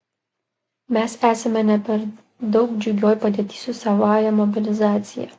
mes esame ne per daug džiugioj padėty su savąja mobilizacija